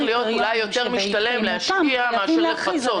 להיות אולי יותר משתלם להשקיע מאשר לפצות.